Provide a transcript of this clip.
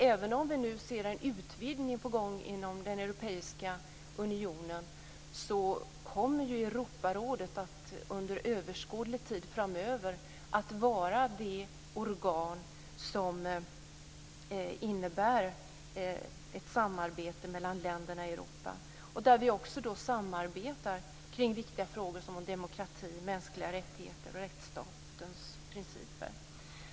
Även om vi ser en utvidgning på gång inom den europeiska unionen, kommer ju Europarådet att under överskådlig tid framöver att vara det organ som innebär ett samarbete mellan länderna i Europa. Vi samarbetar kring viktiga frågor som demokrati, mänskliga rättigheter och rättsstatens principer.